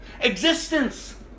existence